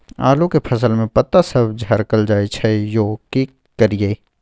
आलू के फसल में पता सब झरकल जाय छै यो की करियैई?